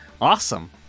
Awesome